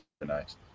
nice